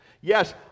yes